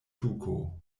tuko